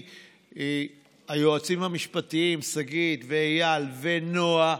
היועצים המשפטיים שגית ואייל ונעה,